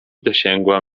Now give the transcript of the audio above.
dosięgła